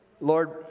Lord